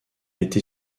été